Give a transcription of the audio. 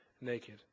naked